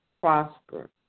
prosper